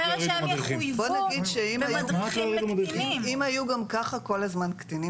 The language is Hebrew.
בוא נגיד שאם היו גם ככה כל הזמן קטינים